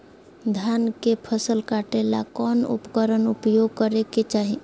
धान के फसल काटे ला कौन उपकरण उपयोग करे के चाही?